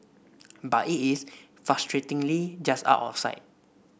but it is frustratingly just out of sight